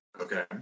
Okay